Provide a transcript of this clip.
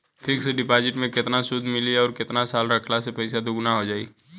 Fix deposit मे केतना सूद मिली आउर केतना साल रखला मे पैसा दोगुना हो जायी?